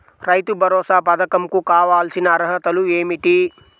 రైతు భరోసా పధకం కు కావాల్సిన అర్హతలు ఏమిటి?